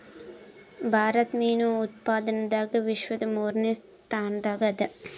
ಭಾರತ ಮೀನು ಉತ್ಪಾದನದಾಗ ವಿಶ್ವದ ಮೂರನೇ ಸ್ಥಾನದಾಗ ಅದ